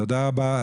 תודה רבה.